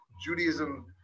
judaism